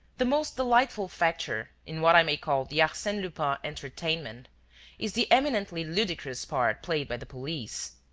the most delightful factor in what i may call the arsene lupin entertainment is the eminently ludicrous part played by the police.